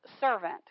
servant